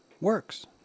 works